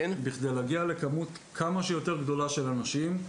כדי להגיע לכמות כמה שיותר גדולה של אנשים,